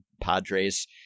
Padres